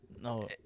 no